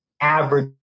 average